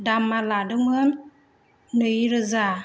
दामा लादोंमोन नैरोजा